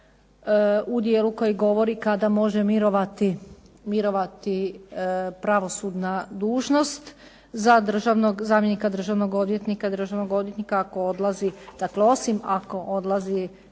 u dijelu koji govori kada može mirovati pravosudna dužnost za zamjenika državnog odvjetnika, državnog odvjetnika ako odlazi, dakle osim ako odlazi